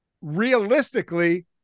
realistically